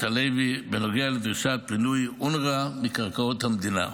הלוי בנוגע לדרישת פינוי אונר"א מקרקעות המדינה.